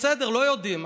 בסדר, לא יודעים.